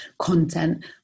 content